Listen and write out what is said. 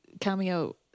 cameo